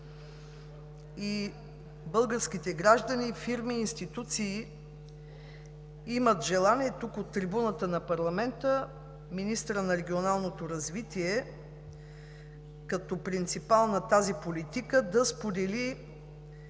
Българските граждани, фирми и институции имат желание тук, от трибуната на парламента, министърът на регионалното развитие като принципал на тази политика да сподели